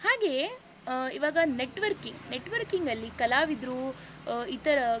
ಹಾಗೆಯೇ ಇವಾಗ ನೆಟ್ವರ್ಕಿಂಗ್ ನೆಟ್ವರ್ಕಿಂಗಲ್ಲಿ ಕಲಾವಿದರು ಇತರ